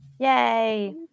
Yay